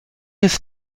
ist